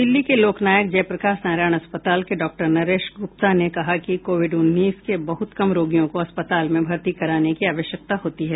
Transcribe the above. दिल्ली के लोकनायक जयप्रकाश नारायण अस्पताल के डॉक्टर नरेश गुप्ता ने कहा कि कोविड उन्नीस के बहुत कम रोगियों को अस्पताल में भर्ती कराने की आवश्यकता होती है